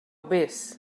vés